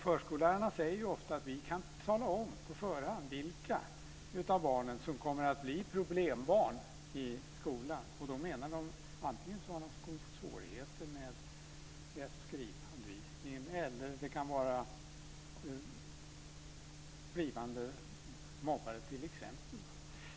Förskollärarna säger ofta att de på förhand kan tala om vilka barn som kommer att bli problembarn i skolan. Då menar de antingen de som kommer att få svårigheter med läs och skrivundervisningen eller de som är blivande mobbare.